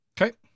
Okay